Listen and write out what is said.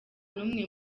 n’umwe